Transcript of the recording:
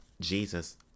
Jesus